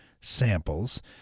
samples